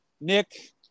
Nick